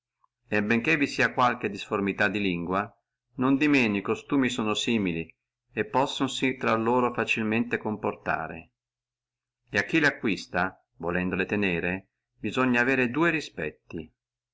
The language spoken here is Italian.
e benché vi sia qualche disformità di lingua non di manco e costumi sono simili e possonsi fra loro facilmente comportare e chi le acquista volendole tenere debbe avere dua respetti